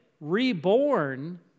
reborn